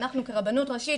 אנחנו כרבנות ראשית,